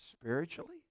spiritually